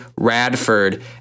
Radford